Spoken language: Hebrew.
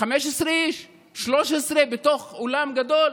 15 איש, 13, בתוך אולם גדול?